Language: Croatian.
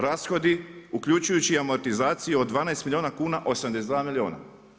Rashodi uključujući amortizaciju od 12 milijuna kuna, 82 milijuna.